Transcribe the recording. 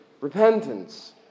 repentance